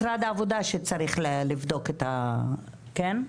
אז את זה משרד העבודה צריך לבדוק, כן?